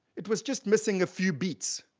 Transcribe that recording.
it was just missing a few beats.